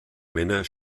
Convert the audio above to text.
männer